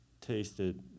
tasted